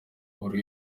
buri